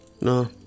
no